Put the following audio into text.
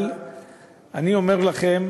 אבל אני אומר לכם